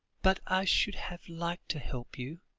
but i should have liked to help you.